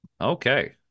Okay